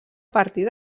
partir